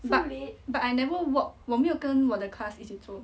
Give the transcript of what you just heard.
but but I never walk 我没有跟我的 class 一起走